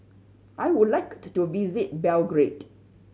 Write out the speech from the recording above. I would like to visit Belgrade